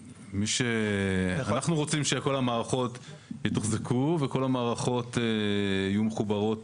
אנחנו רוצים שכל המערכות יתוחזקו וכל המערכות יהיו מחוברות